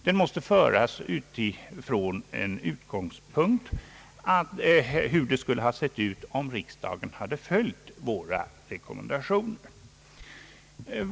Den måste alltså göras med utgångspunkt från hur det skulle ha sett ut om riksdagen följt våra rekommendationer.